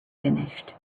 finished